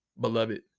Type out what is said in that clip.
beloved